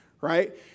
right